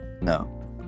No